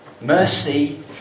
Mercy